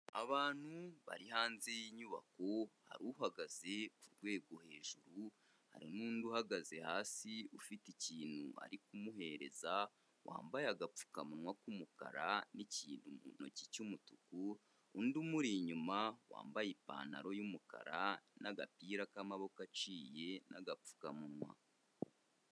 Abantu bari hanze y'inyubako hari uhagaze ku rwego hejuru, hari n'undi uhagaze hasi ufite ikintu ari kumuhereza wambaye agapfukamunwa k'umukara n'ikintu mu ntoki cy'umutuku, undi umuri inyuma wambaye ipantaro y'umukara n'agapira k'amaboko aciye n'agapfukamunwa.